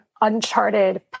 uncharted